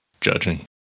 judging